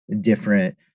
different